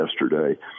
yesterday